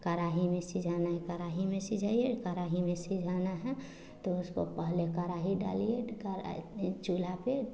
कढ़ाई में सिझाना है कढ़ाई में सिझाइए कढ़ाई में सिझाना है तो उसको पहले कढ़ाई डालिए चूल्हे पर